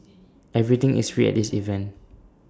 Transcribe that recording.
everything is free at this event